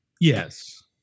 Yes